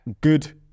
good